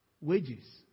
wages